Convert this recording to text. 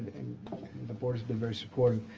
the board has been very supportive.